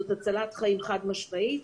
זאת הצלת חיים חד-משמעית.